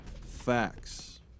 facts